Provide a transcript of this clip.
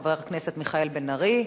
חבר הכנסת מיכאל בן-ארי,